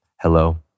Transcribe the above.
Hello